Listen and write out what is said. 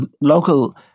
local